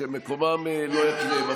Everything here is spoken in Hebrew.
דברים שמקומם לא יכירם.